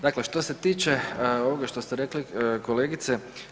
Dakle, što se tiče ovoga što ste rekli kolegice.